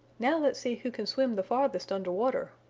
now let's see who can swim the farthest under water,